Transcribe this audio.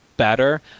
better